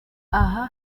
aha